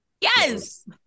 Yes